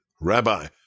Rabbi